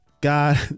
god